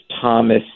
Thomas